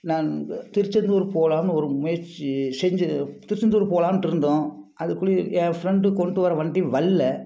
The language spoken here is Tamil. நான் திருச்செந்தூர் போகலான்னு ஒரு முயற்சி செஞ்சி திருச்செந்தூர் போகலான்ட்ருந்தோம் அதுக்குள்ளி என் ஃப்ரெண்டு கொண்டு வர வண்டி வரல